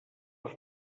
les